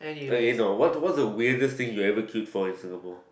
okay no what what's the weirdest thing you ever queued for in Singapore